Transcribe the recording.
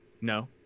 No